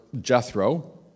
Jethro